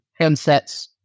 handsets